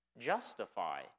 justify